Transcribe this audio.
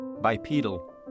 Bipedal